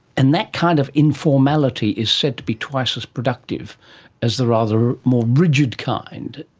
and that kind of informality is said to be twice as productive as the rather more rigid kind.